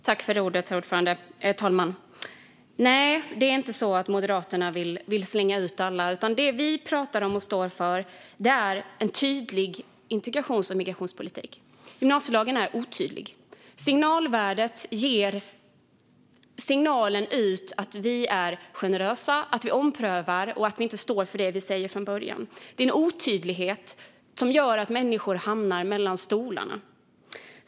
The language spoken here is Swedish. Herr ålderspresident! Nej, det är inte så att Moderaterna vill slänga ut alla. Det vi pratar om, och står för, är en tydlig integrations och migrationspolitik. Gymnasielagen är otydlig. Signalen ut är att vi är generösa, att vi omprövar och att vi inte står för det vi säger från början. Det är en otydlighet som gör att människor hamnar mellan stolarna.